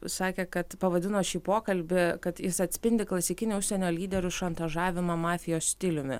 sakė kad pavadino šį pokalbį kad jis atspindi klasikinį užsienio lyderių šantažavimą mafijos stiliumi